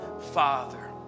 father